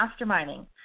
masterminding